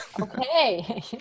okay